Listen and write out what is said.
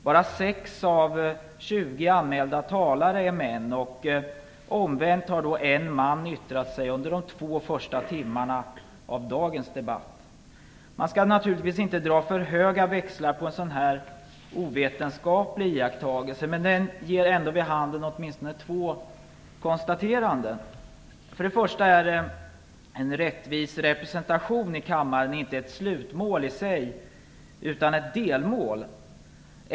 Bara 6 av 20 anmälda talare är män - omvänt har en man yttrat sig under de två första timmarna av dagens debatt. Man skall naturligtvis inte dra för höga växlar på en så här ovetenskaplig iakttagelse. Men den ger ändå vid handen åtminstone följande. En rättvis representation är inte ett slutmål i sig, utan ett delmål.